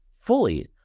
fully